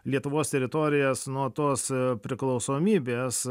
lietuvos teritorijas nuo tos priklausomybės